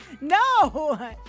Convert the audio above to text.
No